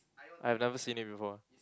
I've never seen it before ah